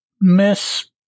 miss